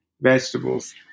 vegetables